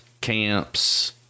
camps